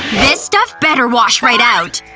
this stuff better wash right out.